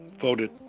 voted